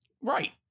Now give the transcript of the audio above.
Right